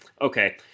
Okay